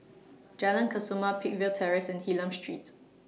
Jalan Kesoma Peakville Terrace and Hylam Street